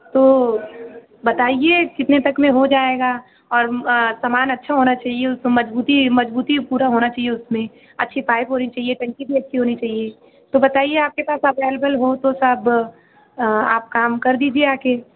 तो बताइए कितने तक में हो जाएगा और आ सामान अच्छा होना चाहिए उसको मज़बूती मज़बूती पूरा होना चहिए उसमें अच्छी पाइप होनी चहिए अच्छी टंकी होनी चाहिए तो बताइए आपके पास अवेलेबल हो तो सब आप काम कर दीजिए आकर